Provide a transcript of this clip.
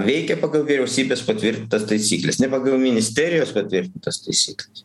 veikia pagal vyriausybės patvirtintas taisykles ne pagal ministerijos patvirtintas taisykles